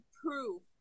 proof